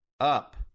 up